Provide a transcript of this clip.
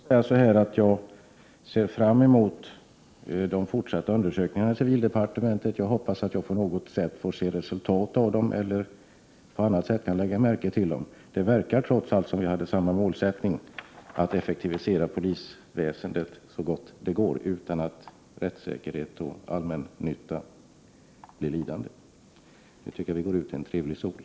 Herr talman! Jag känner mig litet splittrad inför svaret, men jag ser fram emot de fortsatta undersökningar som skall ske inom civildepartementet. Jag hoppas att jag på något sätt får se ett resultat av dem eller att jag på annat sätt kan lägga märke till dem. Det verkar trots allt som om vi har samma målsättning, nämligen att effektivisera polisväsendet så gott det går utan att rättssäkerhet och allmännytta blir lidande. Jag tycker att vi nu skall gå ut i den trevliga vårsolen. Tack.